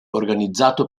organizzato